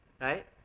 right